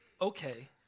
Okay